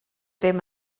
ddim